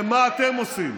ומה אתם עושים?